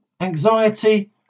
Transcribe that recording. anxiety